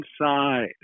inside